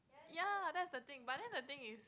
ya that's the thing but then the thing is